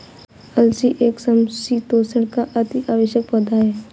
अलसी एक समशीतोष्ण का अति आवश्यक पौधा है